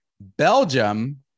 Belgium